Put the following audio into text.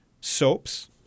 soaps